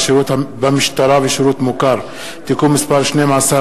(שירות במשטרה ושירות מוכר) (תיקון מס' 12),